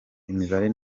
imibare